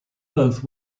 both